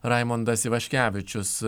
raimundas ivaškevičius